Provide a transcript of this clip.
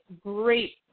great